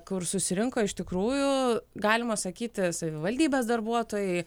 kur susirinko iš tikrųjų galima sakyti savivaldybės darbuotojai